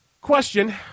Question